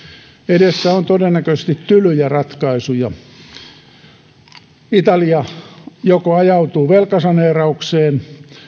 edessä on todennäköisesti tylyjä ratkaisuja joko italia ajautuu velkasaneeraukseen